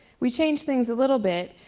we changed things a little bit.